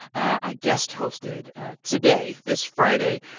i guest hosted today, this friday,